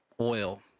oil